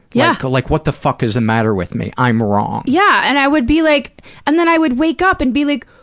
yeah. like, what the fuck is the matter with me? i'm wrong. yeah, and i would be like and then i would wake up and be like,